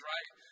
Right